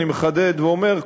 אני מחדד ואומר,